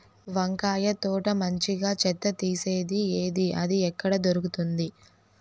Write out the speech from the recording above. వంకాయ తోట మంచిగా చెత్త తీసేది ఏది? అది ఎక్కడ దొరుకుతుంది?